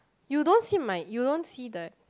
you don't see my you don't see the